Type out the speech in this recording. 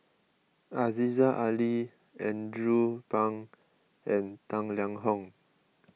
Aziza Ali Andrew Phang and Tang Liang Hong